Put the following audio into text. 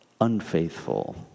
unfaithful